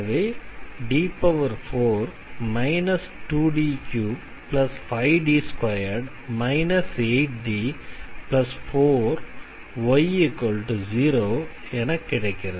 எனவே D4 2D35D2 8D4y0 என கிடைக்கிறது